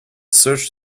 searched